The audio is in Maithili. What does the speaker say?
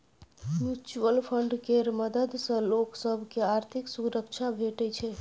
म्युचुअल फंड केर मदद सँ लोक सब केँ आर्थिक सुरक्षा भेटै छै